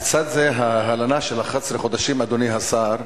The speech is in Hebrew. לצד זה, ההלנה של 11 חודשים, אדוני השר,